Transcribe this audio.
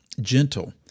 gentle